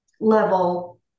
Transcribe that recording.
level